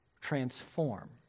transform